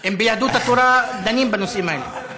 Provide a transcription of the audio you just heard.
אם ביהדות התורה דנים בנושאים האלה.